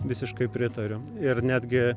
visiškai pritariu ir netgi